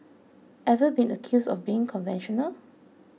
ever been accused of being conventional